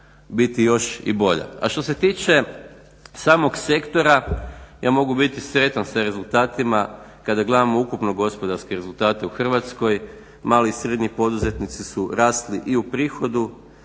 još i bolja. A što se tiče samog sektora ja mogu biti sretan sa rezultatima kada gledamo ukupno gospodarske rezultate u Hrvatskoj, mali i srednji poduzetnici su rasli i u prihodu